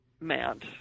meant